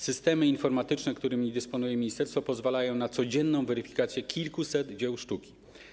Systemy informatyczne, którymi dysponuje ministerstwo, pozwalają na codzienną weryfikację kilkuset dzieł sztuki.